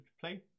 play